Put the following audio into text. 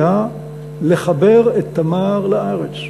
הייתה לחבר את "תמר" לארץ,